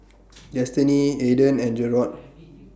Destinee Aedan and Jerrod